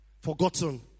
Forgotten